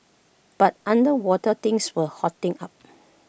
but underwater things were hotting up